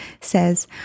says